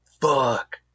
Fuck